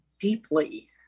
deeply